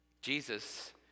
Jesus